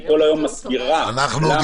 כל היום היא מסבירה למה --- אורן,